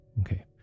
Okay